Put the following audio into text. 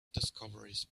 discoveries